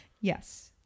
yes